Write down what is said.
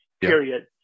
period